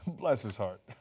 bless his heart.